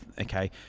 okay